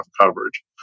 coverage